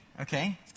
Okay